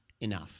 enough